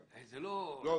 לא,